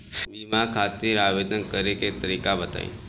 बीमा खातिर आवेदन करे के तरीका बताई?